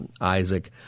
Isaac